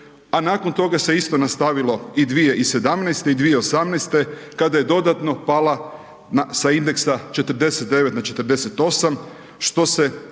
a nakon toga se isto nastavilo i 2017. i 2018. kada je dodatno pala sa indeksa 49 na 48., što se